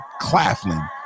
Claflin